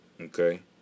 okay